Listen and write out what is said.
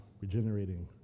regenerating